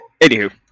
Anywho